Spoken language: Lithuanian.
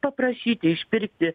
paprašyti išpirkti